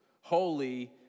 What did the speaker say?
Holy